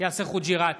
יאסר חוג'יראת,